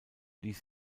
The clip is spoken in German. ließ